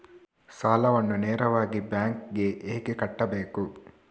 ಸಾಲವನ್ನು ನೇರವಾಗಿ ಬ್ಯಾಂಕ್ ಗೆ ಹೇಗೆ ಕಟ್ಟಬೇಕು?